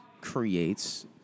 creates